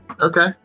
okay